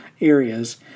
areas